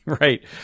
Right